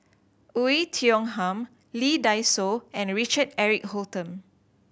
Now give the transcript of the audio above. Oei Tiong Ham Lee Dai Soh and Richard Eric Holttum